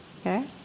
okay